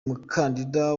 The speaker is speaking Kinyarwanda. mukandida